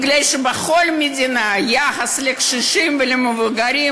בכל מדינה, לפי היחס לקשישים ולמבוגרים